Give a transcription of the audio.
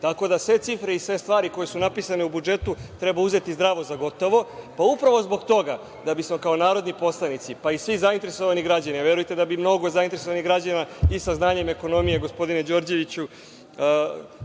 znači. Sve cifre i sve stvari koje su napisane u budžetu treba uzeti zdravo za gotovo, pa upravo zbog toga da bismo kao narodni poslanici, pa i svi zainteresovani građani, a verujte da bi mnogo zainteresovanih građana sa znanjem iz ekonomije, gospodine Đorđeviću,